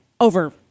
over